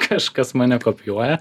kažkas mane kopijuoja